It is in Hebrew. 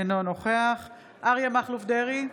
אינו נוכח אריה מכלוף דרעי,